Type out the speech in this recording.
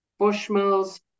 bushmills